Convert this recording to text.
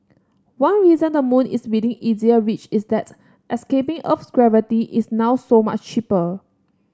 one reason the moon is within easier reach is that escaping Earth's gravity is now so much cheaper